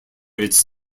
its